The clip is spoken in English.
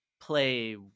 play